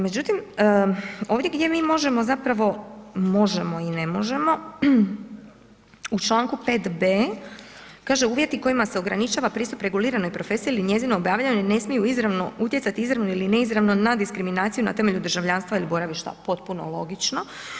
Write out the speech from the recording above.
Međutim, ovdje gdje mi možemo, zapravo možemo i ne možemo u članku 5.b kaže: „Uvjeti kojima se ograničava pristup reguliranoj profesiji ili njezino obavljanje ne smije izravno utjecati izravno ili neizravno na diskriminaciju na temelju državljanstva ili boravišta.“ Potpuno logično.